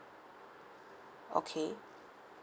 okay